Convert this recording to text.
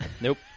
Nope